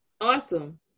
awesome